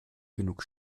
genug